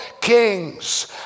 Kings